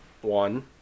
one